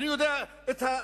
אני יודע הכול.